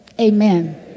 amen